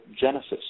genesis